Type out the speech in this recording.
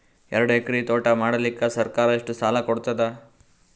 ಎರಡು ಎಕರಿ ತೋಟ ಮಾಡಲಿಕ್ಕ ಸರ್ಕಾರ ಎಷ್ಟ ಸಾಲ ಕೊಡತದ?